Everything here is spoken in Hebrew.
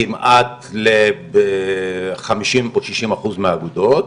כמעט לחמישים או שישים אחוז מהאגודות,